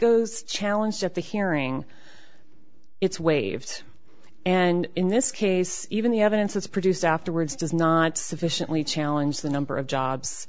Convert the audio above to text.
to challenge at the hearing it's waived and in this case even the evidence produced afterwards does not sufficiently challenge the number of jobs